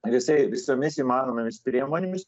visai visomis įmanomomis priemonėmis